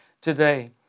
today